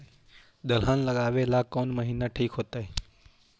दलहन लगाबेला कौन महिना ठिक होतइ?